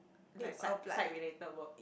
like side side related work